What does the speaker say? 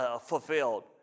fulfilled